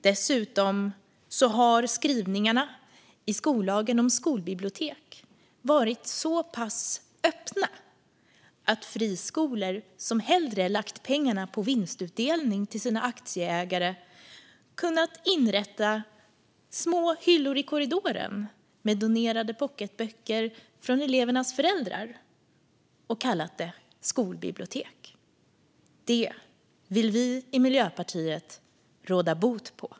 Dessutom har skrivningarna i skollagen om skolbibliotek varit så pass öppna att friskolor som hellre lagt pengarna på vinstutdelning till sina aktieägare kunnat inrätta små hyllor i korridoren med donerade pocketböcker från elevernas föräldrar och kalla det skolbibliotek. Det vill vi i Miljöpartiet råda bot på.